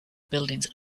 buildings